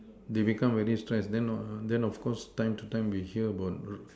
they become very stress then uh then of course time to time we hear about road